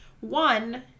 One